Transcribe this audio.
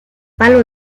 palo